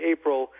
April